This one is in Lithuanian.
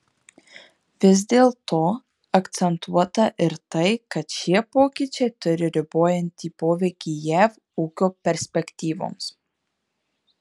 vis dėlto akcentuota ir tai kad šie pokyčiai turi ribojantį poveikį jav ūkio perspektyvoms